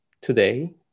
today